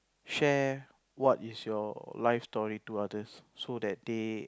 share what is your life story to others so that they